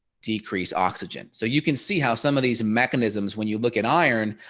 decreased oxygen, so you can see how some of these mechanisms when you look at iron,